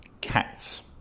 cats